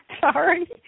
sorry